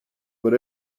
but